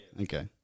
Okay